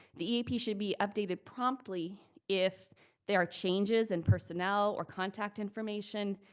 the eap should be updated promptly if there are changes in personnel or contact information,